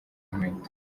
inkweto